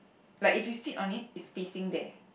like if you sit on it it's facing there